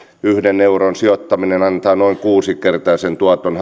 yhden euron sijoittaminen harmaan talouden torjuntaan antaa noin kuusinkertaisen tuoton